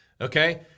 Okay